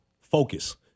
focus